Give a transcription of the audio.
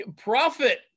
profit